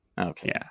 Okay